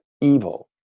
evil